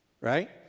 right